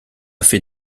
fait